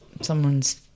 someone's